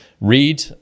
read